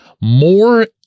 more